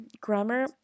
grammar